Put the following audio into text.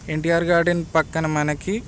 NTR garden ప్రక్కన మనకి